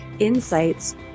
insights